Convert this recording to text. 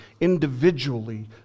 individually